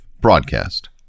broadcast